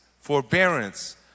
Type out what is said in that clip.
forbearance